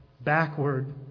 backward